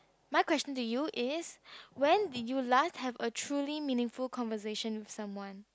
my question to you is when did you last have a truly meaningful conversation with someone